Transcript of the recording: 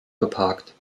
geparkt